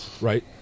right